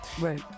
Right